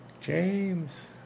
james